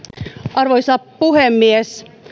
arvoisa puhemies